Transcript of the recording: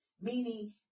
meaning